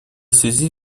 связи